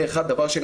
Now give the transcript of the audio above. דבר שני,